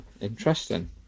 interesting